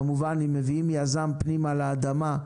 כמובן, אם מביאים יזם פנימה לאדמה,